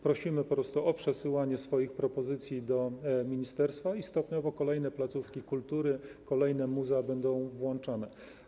Prosimy o przesyłanie swoich propozycji do ministerstwa i stopniowo kolejne placówki kultury, kolejne muzea będą włączane.